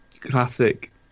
classic